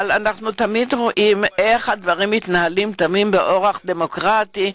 אבל אנחנו תמיד רואים איך הדברים מתנהלים באופן דמוקרטי,